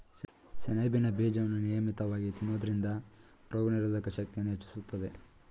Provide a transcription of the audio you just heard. ಸೆಣಬಿನ ಬೀಜವನ್ನು ನಿಯಮಿತವಾಗಿ ತಿನ್ನೋದ್ರಿಂದ ರೋಗನಿರೋಧಕ ಶಕ್ತಿಯನ್ನೂ ಹೆಚ್ಚಿಸ್ತದೆ